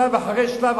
שלב אחרי שלב,